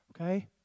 Okay